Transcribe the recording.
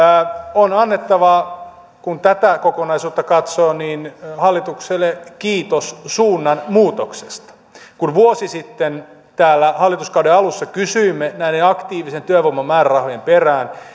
on annettava kun tätä kokonaisuutta katsoo hallitukselle kiitos suunnanmuutoksesta kun vuosi sitten täällä hallituskauden alussa kysyimme näiden aktiivisen työvoiman määrärahojen perään